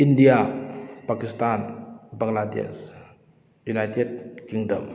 India Pakistan Bangladesh United kingdom